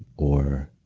or